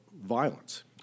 violence